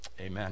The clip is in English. Amen